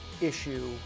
issue